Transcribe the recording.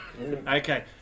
okay